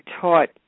taught